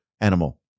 animal